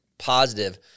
Positive